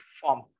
form